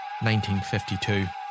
1952